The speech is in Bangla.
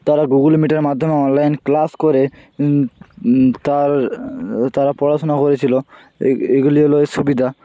তারা গুগল মিটের মাধ্যমে অনলাইন ক্লাস করে তার তারা পড়াশোনা করেছিল এই এইগুলি হল সুবিধা